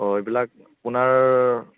অঁ এইবিলাক আপোনাৰ